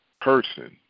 person